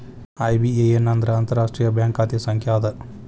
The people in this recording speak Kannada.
ಐ.ಬಿ.ಎ.ಎನ್ ಅಂದ್ರ ಅಂತಾರಾಷ್ಟ್ರೇಯ ಬ್ಯಾಂಕ್ ಖಾತೆ ಸಂಖ್ಯಾ ಅದ